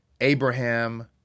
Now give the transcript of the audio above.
Abraham